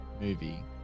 movie